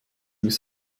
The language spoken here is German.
bist